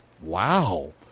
Wow